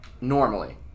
Normally